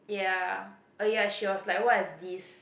ya oh ya she was like what is this